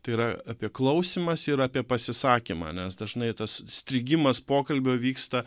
tai yra apie klausymąsi yra apie pasisakymą nes dažnai tas strigimas pokalbio vyksta